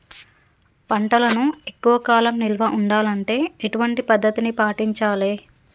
పంటలను ఎక్కువ కాలం నిల్వ ఉండాలంటే ఎటువంటి పద్ధతిని పాటించాలే?